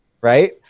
right